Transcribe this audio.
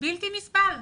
בלתי נסבל.